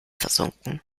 versunken